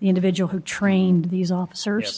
the individual who trained these officers